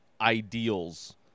ideals